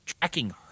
tracking